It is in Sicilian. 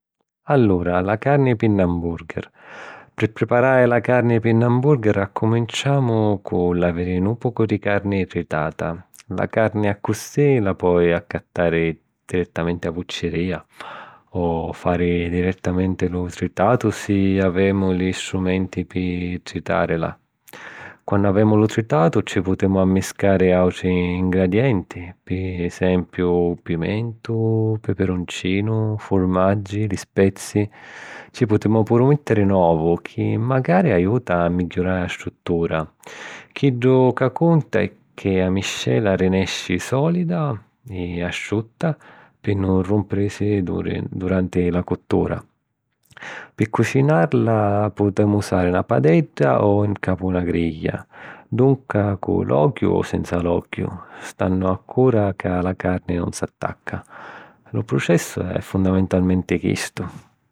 Allura, la carni pi n'hamburger. Pi priparari la carni pi n'hamburger accuminciamu cu l'aviri nu pocu di carni tritata. La carni accussì la poi accattari direttamenti a vucciria o fari direttamenti lu tritatu si avemu li strumenti pi tritatarila. Quannu avemu lu tritatu ci putemu ammiscari autri ngridienti, pi esempiu: pimentu, peperoncinu, furmaggi, li spezi.... Ci putemu puru mettiri n'ovu chi magari aiuta a migghiurari la struttura. Chiddu ca cunta è che a miscela arrinesci solida e asciutta pi nun rumpirisi duranti la cuttura. Pi cucinarlla putemu usari na padedda o 'ncapu na griglia. Dunca cu l'ogghiu o sinza l'ogghiu, stannu accura ca la carni nun s'attacca. Lu prucessu è fondamentalmenti chistu.